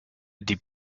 die